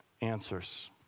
answers